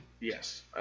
Yes